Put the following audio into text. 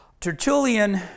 Tertullian